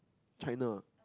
China